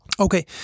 Okay